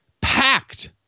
packed